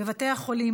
בבתי החולים,